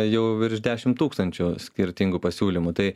jau virš dešimt tūkstančių skirtingų pasiūlymų tai